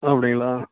அப்படிங்களா